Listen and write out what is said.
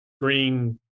green